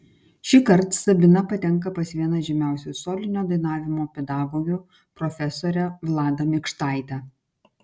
šįkart sabina patenka pas vieną žymiausių solinio dainavimo pedagogių profesorę vladą mikštaitę